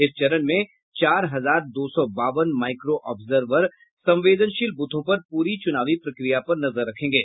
इस चरण में चार हजार दो सौ बावन माईक्रो ऑब्जर्वर संवेदनशील ब्रथों पर पूरी चुनावी प्रक्रिया पर नजर रखेंगे